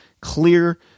clear